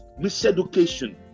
miseducation